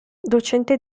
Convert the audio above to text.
docente